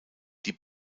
die